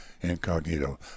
Incognito